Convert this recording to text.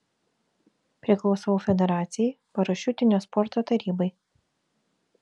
priklausau federacijai parašiutinio sporto tarybai